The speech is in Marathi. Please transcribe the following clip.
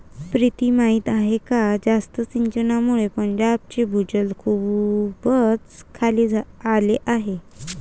प्रीती माहीत आहे का जास्त सिंचनामुळे पंजाबचे भूजल खूपच खाली आले आहे